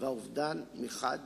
והאובדן מחד